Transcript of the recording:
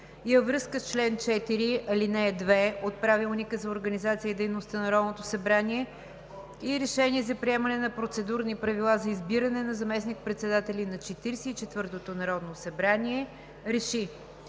връзка с чл. 4, ал. 2 от Правилника за организацията и дейността на Народното събрание и решение за приемане на процедурни правила за избиране на заместник-председатели на Четиридесет и